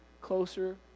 closer